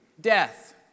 death